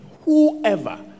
whoever